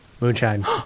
Moonshine